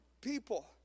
people